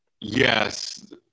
yes